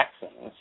vaccines